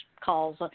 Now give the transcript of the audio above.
calls